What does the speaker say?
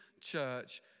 church